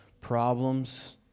problems